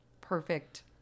perfect